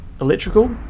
electrical